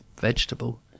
vegetable